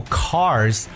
cars